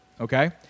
Okay